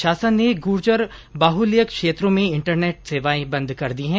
प्रशासन ने गुर्जर बाहुल्य क्षेत्रों में इंटरनेट सेवाएं बंद कर दी हैं